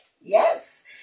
yes